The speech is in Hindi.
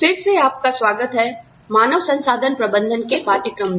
फिर से आपका स्वागत है मानव संसाधन प्रबंधन के पाठ्यक्रम में